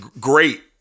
great